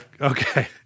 Okay